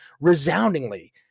resoundingly